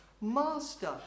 Master